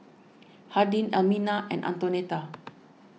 Hardin Elmina and Antonetta